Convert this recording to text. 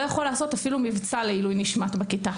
לא יכול לעשות אפילו מבצע לעילוי נשמת בכיתה.